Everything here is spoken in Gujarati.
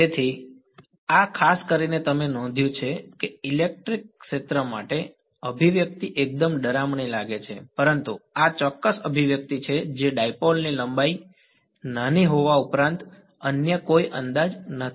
તેથી આ ખાસ કરીને તમે નોંધ્યું છે કે ઇલેક્ટ્રિક ક્ષેત્ર માટે અભિવ્યક્તિ એકદમ ડરામણી લાગે છે પરંતુ આ ચોક્કસ અભિવ્યક્તિ છે જે ડાઈપોલ ની લંબાઈ નાની હોવા ઉપરાંત અન્ય કોઈ અંદાજ નથી